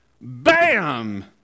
bam